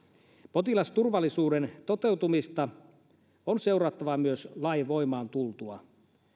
potilasturvallisuuden toteutumista on seurattava myös lain voimaan tultua